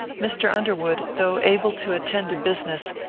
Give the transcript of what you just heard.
mr. underwood, though able to attend to business,